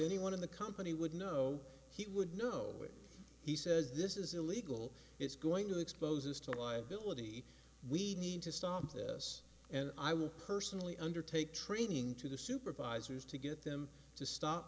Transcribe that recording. anyone in the company would know he would know when he says this is illegal it's going to expose us to liability we need to stop this and i will personally undertake training to the supervisors to get them to stop